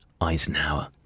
Eisenhower